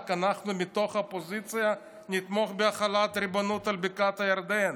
אנחנו מתוך האופוזיציה נתמוך בהחלת הריבונות על בקעת הירדן.